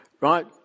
Right